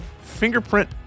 fingerprint